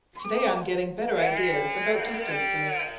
today i am getting better ideas about distances.